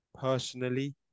personally